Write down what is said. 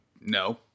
No